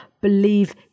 believe